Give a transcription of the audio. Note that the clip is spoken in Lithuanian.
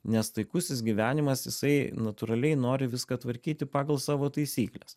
nes taikusis gyvenimas jisai natūraliai nori viską tvarkyti pagal savo taisykles